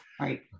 Right